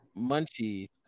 munchie